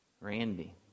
Randy